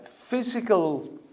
physical